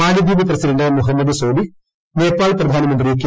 മാലിദ്വീപ് പ്രസിഡന്റ് മുഹമ്മദ് സോലിഹ് നേപ്പാൾ പ്രധാനമന്ത്രി കെ